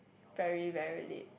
very very late